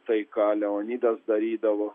tai ką leonidas darydavo